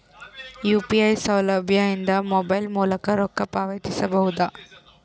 UPI ಸೌಲಭ್ಯ ಇಂದ mobile ಮೂಲಕ ರೊಕ್ಕ ಪಾವತಿಸ ಬಹುದಾ?